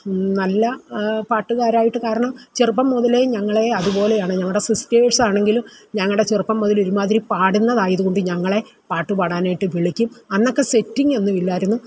നല്ല പാട്ടുകാരായിട്ട് കാരണം ചെറുപ്പം മുതലേ ഞങ്ങളെ അതുപോലെയാണ് ഞങ്ങളുടെ സിസ്റ്റേഴ്സ് ആണെങ്കിൽ ഞങ്ങളുടെ ചെറുപ്പം മുതൽ ഒരുമാതിരി പാടുന്നതായതുകൊണ്ട് ഞങ്ങളെ പാട്ട് പാടാനായിട്ട് വിളിക്കും അന്നൊക്കെ സെറ്റിങ് ഒന്നും ഇല്ലായിരുന്നു